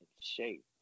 shape